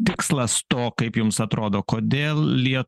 tikslas to kaip jums atrodo kodėl lie